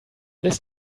this